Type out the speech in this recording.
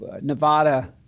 Nevada